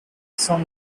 some